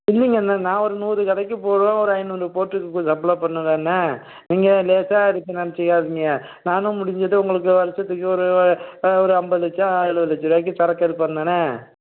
இல்லைங்கண்ண நான் ஒரு நூறு கடைக்கு போடுவேன் ஒரு ஐந்நூறு போட்டுவிட்டு கொஞ்சம் சப்ளே பண்ணுவேண்ணா நீங்கள் லேசாக இருக்குதுன்னு நினைச்சிக்காதிங்க நானும் முடிஞ்சது உங்களுக்கு வருஷத்துக்கு ஒரு ஒரு ஐம்பது லட்சம் எழுவது லட்சரூவாய்க்கு சரக்கு எடுப்பேன் தானே